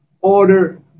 order